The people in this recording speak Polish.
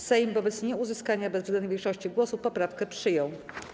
Sejm wobec nieuzyskania bezwzględnej większości głosów poprawkę przyjął.